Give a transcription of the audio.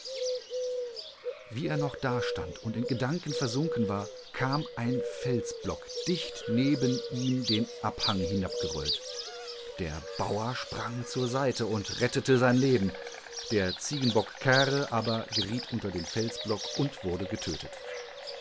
daran er glaubte bestimmt daß das was er gefundenhatte erzsei wieernochdastandundingedankenversunkenwar kameinfelsblockdicht neben ihm den abhang hinabgerollt der bauer sprang zur seite und rettete sein leben der ziegenbock kre aber geriet unter den felsblock und wurde getötet